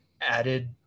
added